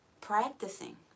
practicing